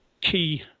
key